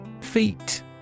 Feet